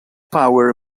power